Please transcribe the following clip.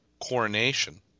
Coronation